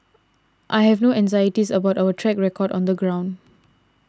I have no anxieties about our track record on the ground